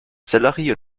sellerie